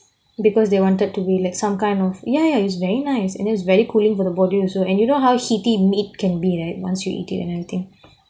because they wanted to be like some kind of ya ya it's very nice and then it was very cooling for the body also and you know how heaty meat can be right once you eat it and everything